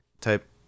type